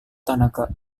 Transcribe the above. tanaka